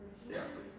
ya